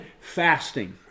fasting